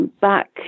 back